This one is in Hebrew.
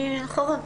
אחריו.